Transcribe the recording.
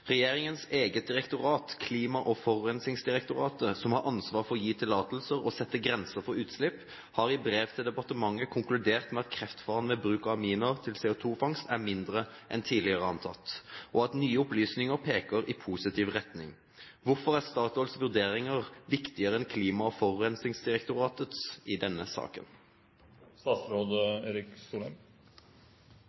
Regjeringens eget direktorat, Klima- og forurensningsdirektoratet, som har ansvaret for å gi tillatelser og sette grenser for utslipp, har i brev til departementet konkludert med at kreftfaren ved bruk av aminer til CO2-fangst er mindre enn tidligere antatt, og at nye opplysninger peker i positiv retning. Hvorfor er Statoils vurderinger viktigere enn Klima- og forurensningsdirektoratets i denne saken?»